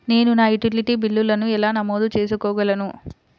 నేను నా యుటిలిటీ బిల్లులను ఎలా నమోదు చేసుకోగలను?